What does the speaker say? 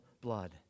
blood